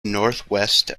northwest